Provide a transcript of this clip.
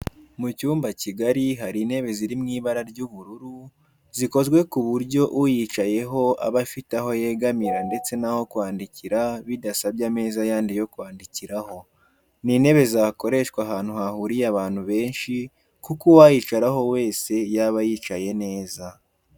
Mu cyumba kigari hari intebe ziri mu ibara ry'ubururu zikozwe ku buryo uyicayeho aba afite aho yegamira ndetse n'aho kwandikira bidasabye ameza yandi yo kwandikiraho. Ni intebe zakoreshwa ahantu hahuriye abantu benshi kuko uwayicaraho wese yaba yicaye neza.